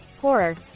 horror